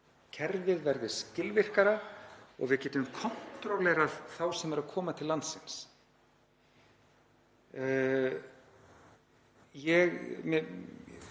kerfið verði skilvirkara og við getum kontrólerað þá sem eru að koma til landsins“.